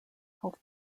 health